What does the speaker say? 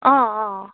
অঁ অঁ